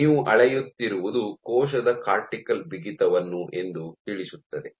ನೀವು ಅಳೆಯುತ್ತಿರುವುದು ಕೋಶದ ಕಾರ್ಟಿಕಲ್ ಬಿಗಿತವನ್ನು ಎಂದು ತಿಳಿಸುತ್ತದೆ